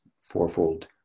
fourfold